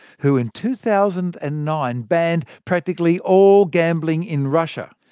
who in two thousand and nine banned practically all gambling in russia.